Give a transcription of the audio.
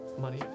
money